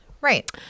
right